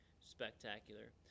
spectacular